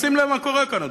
שים לב מה קורה כאן,